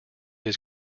his